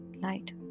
light